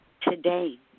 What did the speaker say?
today